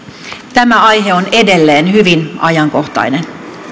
tämä aihe on edelleen hyvin ajankohtainen